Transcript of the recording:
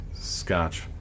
Scotch